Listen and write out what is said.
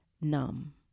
numb